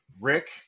Rick